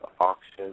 auction